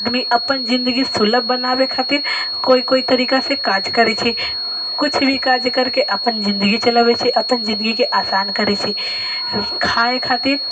आदमी अपन जिनगी सुलभ बनाबै खातिर कोइ कोइ तरीकासँ काज करै छै किछु भी काज करिके अपन जिनगी चलबै छी अपन जिनगीके आसान करै छी खाइ खातिर